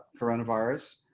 coronavirus